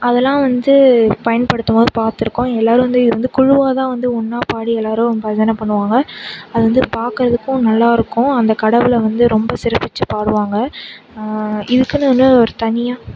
அதெலாம் வந்து பயன்படுத்தும்போது பார்த்துருக்கோம் எல்லாேரும் வந்து இருந்து குழுவாக தான் வந்து ஒன்றா பாடி எல்லாேரும் பஜனை பண்ணுவாங்க அது வந்து பார்க்குறதுக்கும் நல்லாயிருக்கும் அந்த கடவுளை வந்து ரொம்ப சிறப்பிச்சு பாடுவாங்க இதுக்குனு வந்து ஒரு தனியாக